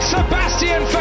Sebastian